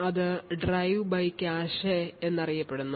അത് drive by cache എന്നറിയപ്പെടുന്നു